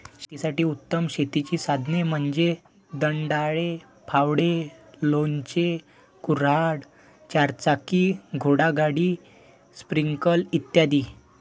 शेतासाठी उत्तम शेतीची साधने म्हणजे दंताळे, फावडे, लोणचे, कुऱ्हाड, चारचाकी घोडागाडी, स्प्रिंकलर इ